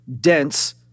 dense